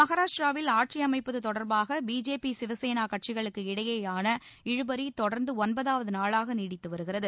மகாராஷ்ட்ராவில் ஆட்சி அமைப்பது தொடர்பாக பிஜேபி சிவசேனா கட்சிகளுக்கு இடையேயான இழுபறி தொடர்ந்து ஒன்பதாவது நாளாக நீடித்து வருகிறது